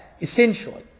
essentially